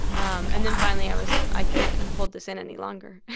um and then finally, i was like, i can't hold this in any longer,